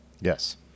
Yes